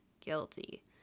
guilty